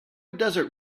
desert